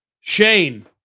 Shane